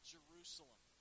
Jerusalem